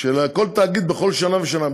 של כל תאגיד בכל שנה ושנה.